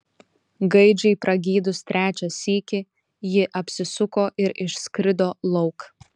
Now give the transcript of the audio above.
gaidžiui pragydus trečią sykį ji apsisuko ir išskrido lauk